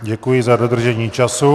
Děkuji za dodržení času.